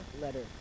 letter